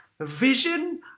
vision